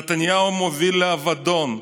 נתניהו מוביל לאבדון,